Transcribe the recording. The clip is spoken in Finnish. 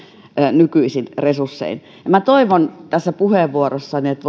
nykyisin resurssein minä toivon tässä puheenvuorossani että